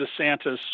DeSantis